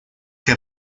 que